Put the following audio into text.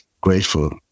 grateful